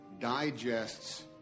digests